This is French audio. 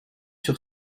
sur